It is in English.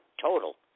total